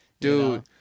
Dude